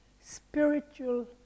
spiritual